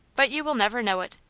but you will never know it.